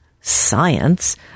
science